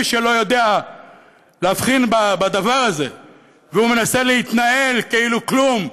מי שלא יודע להבחין בדבר הזה ומנסה להתנהל כאילו כלום,